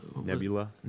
Nebula